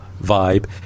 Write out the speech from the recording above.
vibe